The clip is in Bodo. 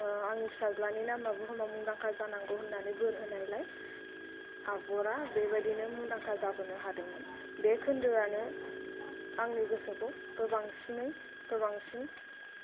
आंनि फिसाज्लानि नामा बुहुमाव मुंदांखा जानांगौ होननानै बोर होनायलाय आकबरा बेबादिनो मुंदांखा जाबोनो हादों बे खोन्दोआनो आंनि गोसोखौ गोबांसिनै गोबांसिन